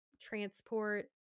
transport